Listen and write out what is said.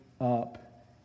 up